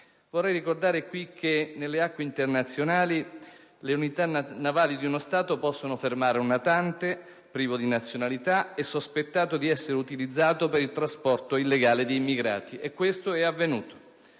Vorrei ricordare in questa sede che nelle acque internazionali le unità navali di uno Stato possono fermare un natante privo di nazionalità e sospettato di essere utilizzato per il trasporto illegale di immigrati. Questo è avvenuto.